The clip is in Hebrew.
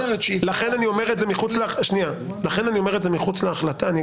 לכן אני אומר את זה מחוץ להחלטה,